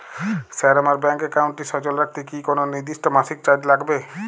Sir আমার bank একাউন্টটি সচল রাখতে কি কোনো নির্দিষ্ট মাসিক চার্জ লাগবে?